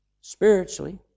spiritually